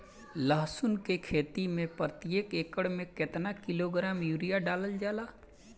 लहसुन के खेती में प्रतेक एकड़ में केतना किलोग्राम यूरिया डालल जाला?